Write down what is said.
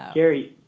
gary,